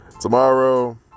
tomorrow